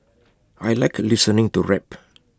I Like listening to rap